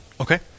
Okay